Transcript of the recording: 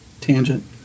tangent